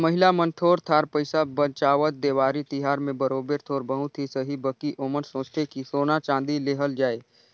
महिला मन थोर थार पइसा बंचावत, देवारी तिहार में बरोबेर थोर बहुत ही सही बकि ओमन सोंचथें कि सोना चाँदी लेहल जाए